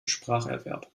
spracherwerb